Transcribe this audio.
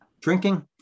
drinking